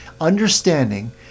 understanding